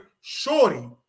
shorty